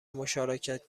مشارکت